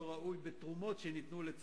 הרציונל הוא מאוד מבורך וכולם מברכים עליו,